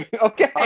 Okay